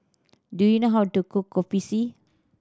do you know how to cook Kopi C